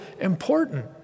important